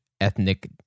ethnic